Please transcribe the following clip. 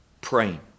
praying